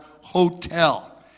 Hotel